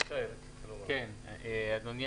אדוני,